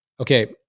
Okay